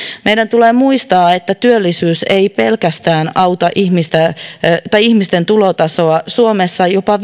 meidän tulee muistaa että työllisyys ei pelkästään auta ihmisten tulotasoa suomessa jopa